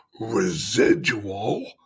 residual